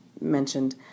mentioned